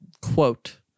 quote